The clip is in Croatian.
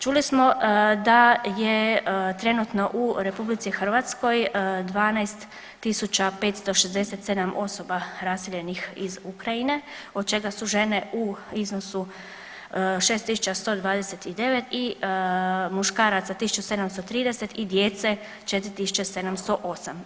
Čuli smo da je trenutno u RH 12.567 osoba raseljenih iz Ukrajine od čega su žene u iznosu 6.129 i muškaraca 1.730 i djece 4,708.